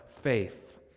faith